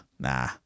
Nah